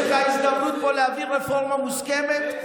יש לך הזדמנות להעביר רפורמה מוסכמת,